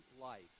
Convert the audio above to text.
life